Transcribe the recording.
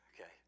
Okay